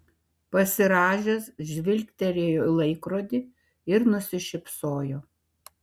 pasirąžęs žvilgtelėjo į laikrodį ir nusišypsojo